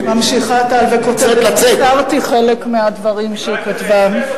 ממשיכה טל וכותבת, קיצרתי חלק מהדברים שהיא כתבה.